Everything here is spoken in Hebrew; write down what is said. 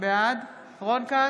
בעד רון כץ,